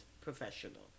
professional